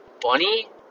bunny